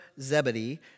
Zebedee